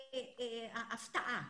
ההפתעה.